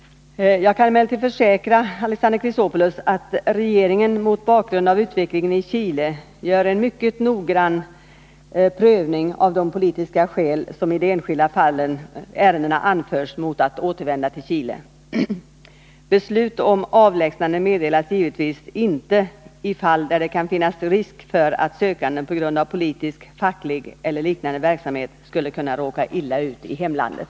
Jag kan emellertid försäkra Alexander Chrisopoulos att regeringen mot bakgrund av utvecklingen i Chile gör en mycket noggrann prövning av de politiska skäl som i de enskilda ärendena anförs mot att återvända till Chile. Beslut om avlägsnande meddelas givetvis inte i fall där det kan finnas risk för att sökanden på grund av politisk, facklig eller liknande verksamhet skulle kunna råka illa ut i hemlandet.